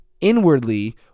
inwardly